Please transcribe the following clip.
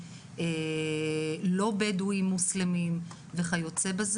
לא בדואים מוסלמים וכיו"ב,